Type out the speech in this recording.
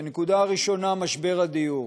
הנקודה הראשונה, משבר הדיור.